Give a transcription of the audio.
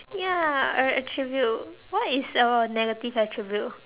ya a attribute what is a negative attribute